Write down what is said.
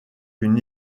une